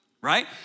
right